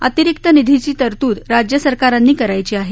अतिरिक्त निधीची तरतूद राज्य सरकारांनी करायची आहे